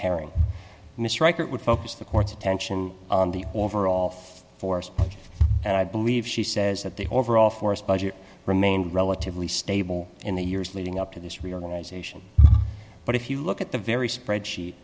reichert would focus the court's attention on the overall force and i believe she says that the overall force budget remained relatively stable in the years leading up to this reorganization but if you look at the very spreadsheet